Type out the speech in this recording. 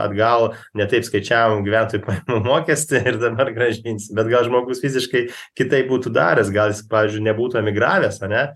atgal ne taip skaičiavom gyventojų pajamų mokestį ir dabar grąžinsim bet gal žmogus fiziškai kitaip būtų daręs gal jis pavyzdžiui nebūtų emigravęs ane